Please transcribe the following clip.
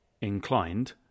inclined